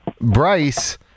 Bryce